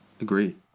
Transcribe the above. agree